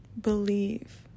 Believe